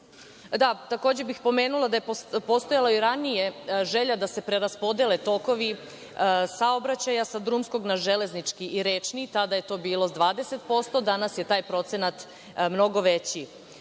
Takođe bih pomenula da je i ranije postojala želja da se preraspodele tokovi saobraćaja sa drumskog na železnički i rečni. Tada je to bilo 20%, danas je taj procenat mnogo veći. Zbog